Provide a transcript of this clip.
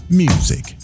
music